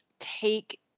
Take